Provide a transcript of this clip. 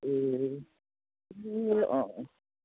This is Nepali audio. ए ए